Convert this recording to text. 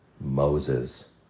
Moses